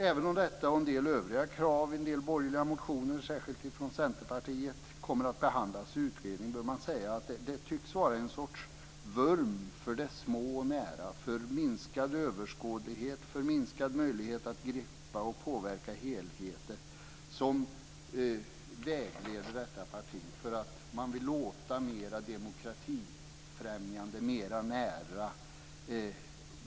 Även om detta och en del övriga krav i en del borgerliga motioner, särskilt från Centerpartiet, kommer att behandlas i utredning bör man säga att det tycks vara ett slags vurm för de små och nära, för minskad överskådlighet, för minskad möjlighet att greppa och påverka helheter som vägleder detta parti. Man vill låta mer demokratifrämjande, mer nära.